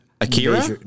Akira